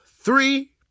three